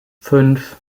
fünf